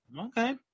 Okay